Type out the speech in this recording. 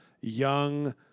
young